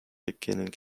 beginning